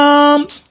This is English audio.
arms